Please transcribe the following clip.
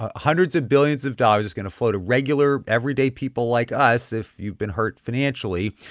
ah hundreds of billions of dollars is going to flow to regular, everyday people like us if you've been hurt financially.